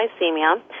hypoglycemia